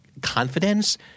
confidence